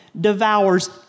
devours